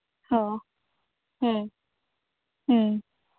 ᱦᱚᱸ